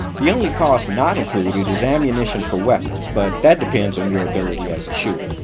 the only cost not included is ammunition for weapons, but that depends on your ability as a shooter.